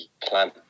plan